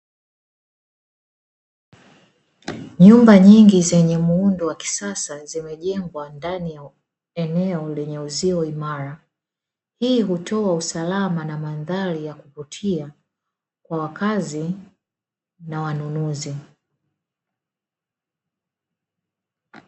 Nyumba nyingi zenye muundo wa kisasa zimejengwa ndani ya eneo lenye uzio imara. Hii hutoa usalama na mandhari ya kuvutia kwa wakazi na wanunuzi.